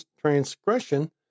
transgression